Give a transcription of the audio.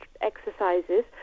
exercises